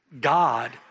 God